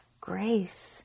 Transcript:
grace